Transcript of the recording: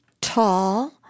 tall